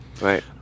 right